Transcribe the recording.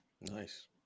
Nice